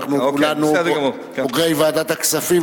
כולנו בוגרי ועדת הכספים,